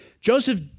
Joseph